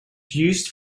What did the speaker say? used